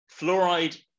Fluoride